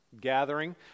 gathering